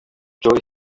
joey